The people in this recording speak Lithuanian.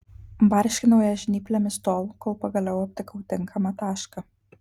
barškinau ją žnyplėmis tol kol pagaliau aptikau tinkamą tašką